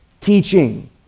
teaching